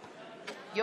לנורבגים,